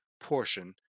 portion